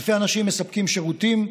אלפי אנשים מספקים שירותים,